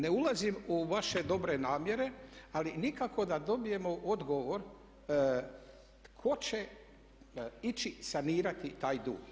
Ne ulazim u vaše dobre namjere, ali nikako da dobijemo odgovor tko će ići sanirati taj dug.